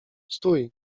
stój